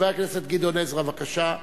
חבר הכנסת גדעון עזרא, בבקשה.